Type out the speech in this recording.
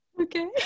Okay